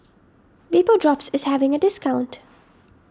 Vapodrops is having a discount